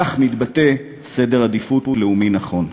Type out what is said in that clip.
כך מתבטא סדר עדיפות לאומי נכון.